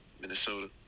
Minnesota